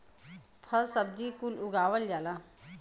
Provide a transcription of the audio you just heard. फल सब्जी कुल उगावल जाला